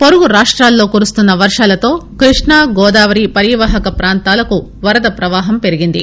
పొరుగు రాష్ట్రాలలో కురుస్తున్న వర్షాలతో కృష్ణా గోదావరి పరివాహక పాంతాలకు వరద ప్రవాహం పెరిగింది